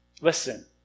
Listen